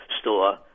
store